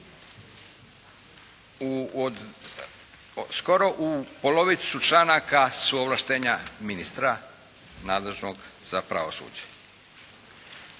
Skoro polovicu članaka su ovlaštenja ministra nadležnog za pravosuđe.